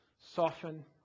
soften